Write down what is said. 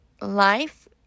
life